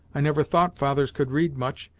i never thought fathers could read much,